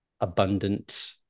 abundant